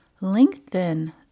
lengthen